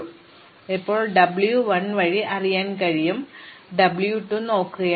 അതിനാൽ എനിക്ക് ഇപ്പോൾ മുതൽ ഡബ്ല്യു 1 വഴി എറിയാൻ കഴിയും ഞാൻ ഡബ്ല്യു 2 നോക്കുകയാണ്